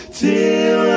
till